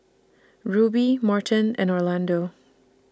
Rubie Morton and Orlando